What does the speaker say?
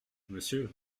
monsieur